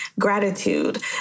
gratitude